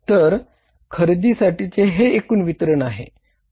तर खरेदीसाठीचे हे एकूण वितरण आहे